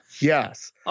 Yes